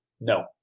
No